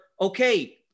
okay